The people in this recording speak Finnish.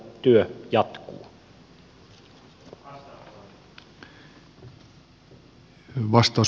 työ jatkuu